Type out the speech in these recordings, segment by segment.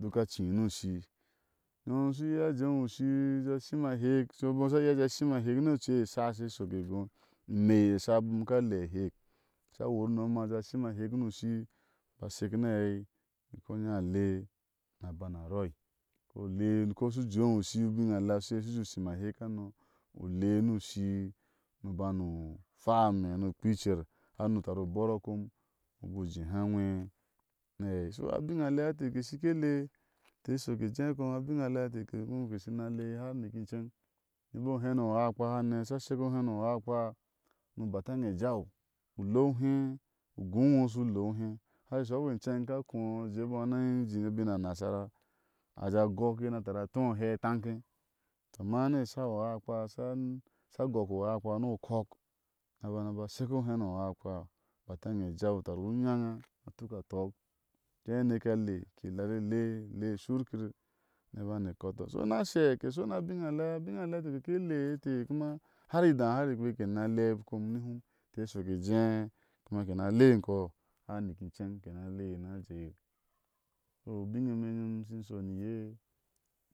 Dukaka. ci ni o ushii. unom unyom asha iya a jé bɔɔ ushiri ba a re shim ahek, ocui mbɔɔ a sha iya a ré shin ahek ni ocui ɛsha ke she shiɔke gó imei ɛsha, abom kale ahɛk. aka wur u nomha a jé shin ahek, aka aba shek no aɛi, ni iko ó inya a le, nia bana a rɔi bikule kɔu shu ka jéu ushi u bin a lea u sheye, shi u jé shim a heɛk hano ule ni ushi ni ubani u hwame, ni u kpea i icer, har ni u tari u bɔra kom u ba u jé ha nwe ni aɛi so abin alea e inteke shi ke le inte shɔk ke jé kó abin alea inte kom keshi na le har nike iceŋ jéé ibɔɔ o héno oaakpahane, asha shek oheno oaakpa, ni ubataŋe e jau, o le ohe, u góó iŋo u shui le ohé aha. shɔ shɔuk pe iceŋ a ka ko` a je bɔ́ ni injin u bin a nasara ni atóó ahéi a taŋke, ama ni ɛsha, uaakpa, ashagok u uaak pani o kɔk, ni a bana a ba shek o héno o uaakpa, ubataŋe ejau utari unyaŋa nia tuk a tɔɔk u jé le shur kiri ni ke bani e kɔtɔɔ. so ni ashe ke sheniu bin adea, ashu bin alea inte ke shi ke le kuma har idá, har ikpe ke nini a le a kom ni aum. ke shɔk ke jé kuma ke ni nia le kɔ har niki inceŋ so ubin ime nyom shi shɔni iye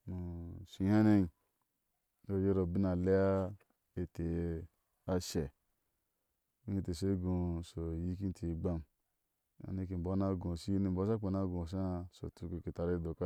ni ushi hane, o yiro o bin a tea inte eta dei ashe ubin e inte she gó ushe u yiki inte igbam. ane kee imbɔɔ a ni a. gó shii ni imbɔɔ a shakpe na gó sháá